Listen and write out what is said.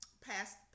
past